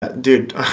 dude